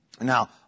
Now